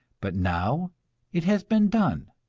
but now it has been done,